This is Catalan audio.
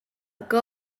que